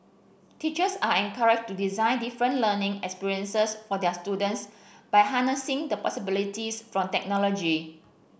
teachers are encouraged to design different learning experiences for their students by harnessing the possibilities from technology